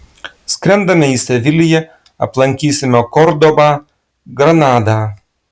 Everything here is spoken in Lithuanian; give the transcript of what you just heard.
skrendame į seviliją aplankysime kordobą granadą